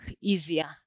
easier